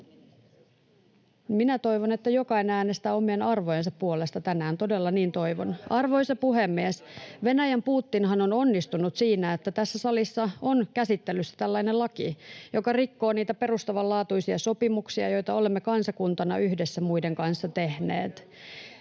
Minä toivon, että jokainen äänestää omien arvojensa puolesta tänään, todella niin toivon. Arvoisa puhemies! Venäjän Putinhan on onnistunut siinä, että tässä salissa on nyt käsittelyssä tällainen laki, joka rikkoo niitä perustavanlaatuisia sopimuksia, joita olemme kansakuntana yhdessä muiden kanssa tehneet.